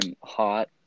hot